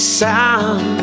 sound